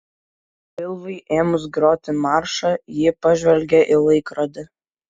pilvui ėmus groti maršą ji pažvelgė į laikrodį